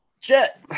Jet